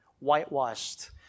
whitewashed